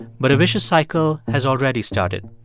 but a vicious cycle has already started.